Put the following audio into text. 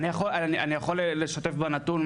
אני יכול לשתף בנתון,